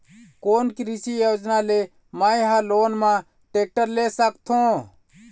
कोन कृषि योजना ले मैं हा लोन मा टेक्टर ले सकथों?